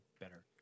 better